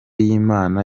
y’imana